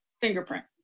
fingerprint